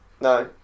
No